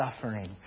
suffering